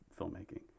filmmaking